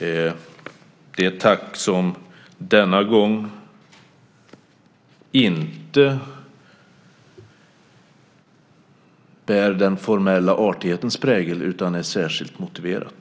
Det är ett tack som denna gång inte bär den formella artighetens prägel utan är särskilt motiverat.